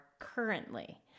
currently